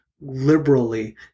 liberally